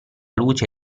luce